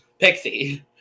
Pixie